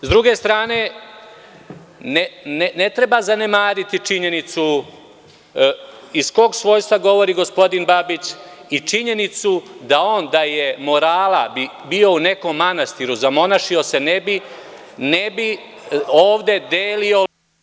S druge strane, ne treba zanemariti činjenicu iz kog svojstva govori gospodin Babić i činjenicu da on, da je morala bilo, bio u nekom manastiru, zamonašio se, ne bi ovde delio